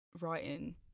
writing